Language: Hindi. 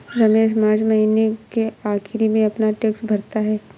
रमेश मार्च महीने के आखिरी में अपना टैक्स भरता है